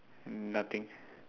nothing